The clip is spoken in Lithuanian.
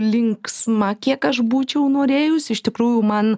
linksma kiek aš būčiau norėjusi iš tikrųjų man